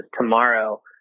Tomorrow